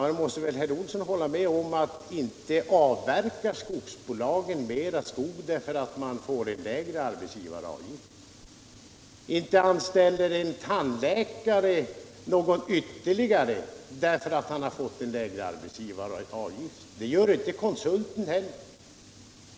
Nog måste väl herr Olsson hålla med om att skogsbolagen inte avverkar mer skog därför att de får lägre arbetsgivaravgifter. Inte anställer en tandläkare ytterligare personal därför att han får lägre arbetsgivaravgifter. Det gör inte konsulten heller.